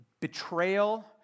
betrayal